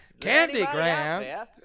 Candygram